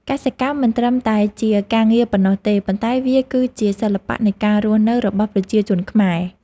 កសិកម្មមិនត្រឹមតែជាការងារប៉ុណ្ណោះទេ ប៉ុន្តែវាគឺជាសិល្បៈនៃការរស់នៅរបស់ប្រជាជនខ្មែរ។